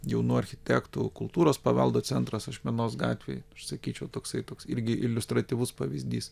jaunųjų architektų kultūros paveldo centras ašmenos gatvėje sakyčiau toksai toks irgi iliustratyvus pavyzdys